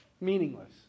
meaningless